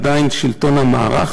עדיין היה שלטון המערך,